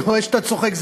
אני רואה שאתה צוחק,